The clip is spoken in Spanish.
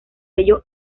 ello